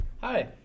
Hi